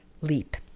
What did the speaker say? leap